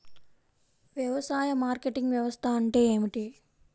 వ్యవసాయ మార్కెటింగ్ వ్యవస్థ అంటే ఏమిటి?